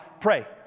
pray